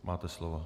Máte slovo.